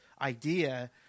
idea